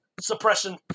suppression